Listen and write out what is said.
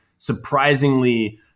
surprisingly